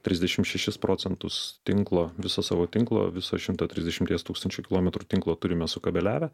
trisdešim šešis procentus tinklo viso savo tinklo viso šimto trisdešimties tūkstančių kilometrų tinklo turime sukabeliavę